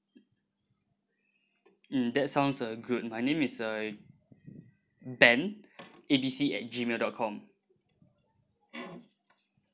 mm that sounds uh good my name is uh ben A B C at Gmail dot com